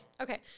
Okay